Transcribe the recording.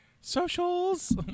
socials